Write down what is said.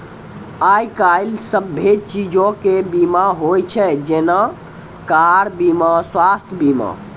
आइ काल्हि सभ्भे चीजो के बीमा होय छै जेना कार बीमा, स्वास्थ्य बीमा